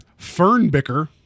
Fernbicker